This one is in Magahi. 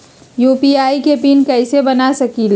यू.पी.आई के पिन कैसे बना सकीले?